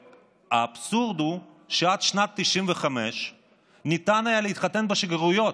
האבסורד הוא שעד שנת 1995 ניתן היה להתחתן בשגרירויות.